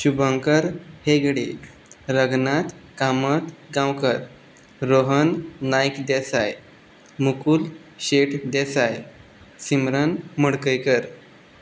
Shubhankar Hegde Ranganath Kamat Gaonkar Rohan Naik Desai Mukund Shet Desai Simran Madkaikar